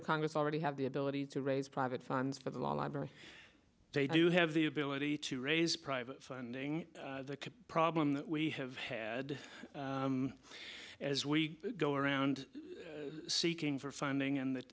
of congress already have the ability to raise private funds for the library they do have the ability to raise private funding the problem we have had as we go around seeking for funding and that